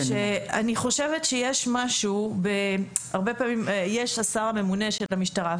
יש את השר הממונה על המשטרה.